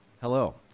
Hello